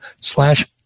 slash